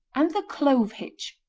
and the clove-hitch.